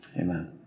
amen